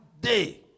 day